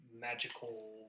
magical